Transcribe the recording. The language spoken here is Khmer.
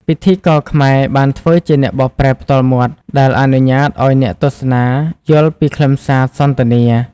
ពិធីករខ្មែរបានធ្វើជាអ្នកបកប្រែផ្ទាល់មាត់ ដែលអនុញ្ញាតឱ្យអ្នកទស្សនាយល់ពីខ្លឹមសារសន្ទនា។